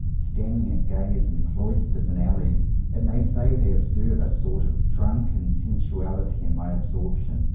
standing at gaze in cloisters and alleys and they say they observe a sort of drunken sensuality in my absorbtion,